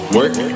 work